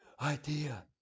idea